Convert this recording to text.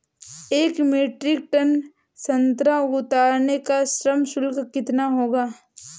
एक metric ton संतरा उतारने का श्रम शुल्क कितना होगा?